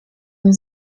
nie